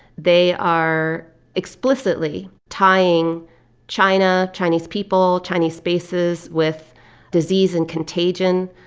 they are explicitly tying china, chinese people, chinese spaces with disease and contagion.